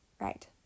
Right